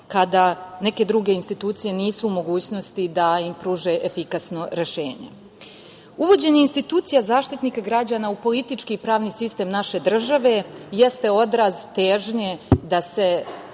kada neke druge institucije nisu u mogućnosti da im pruže efikasno rešenje. Uvođenje institucija Zaštitnika građana u politički i pravni sistem naše države jeste odraz težnje da se